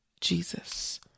Jesus